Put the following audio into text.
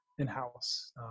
in-house